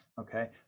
Okay